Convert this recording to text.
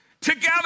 together